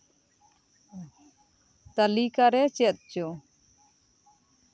ᱛᱟᱞᱤᱠᱟ ᱨᱮ ᱪᱮᱫ ᱪᱚ